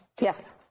Yes